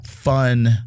Fun